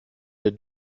der